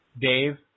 Dave